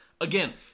Again